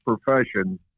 profession